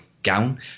gown